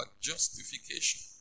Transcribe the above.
justification